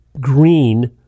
green